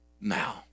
now